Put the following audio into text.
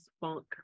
funk